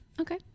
Okay